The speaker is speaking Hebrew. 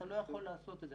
אתה לא יכול לעשות את זה.